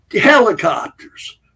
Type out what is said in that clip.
helicopters